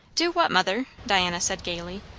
do what, mother? diana said gaily.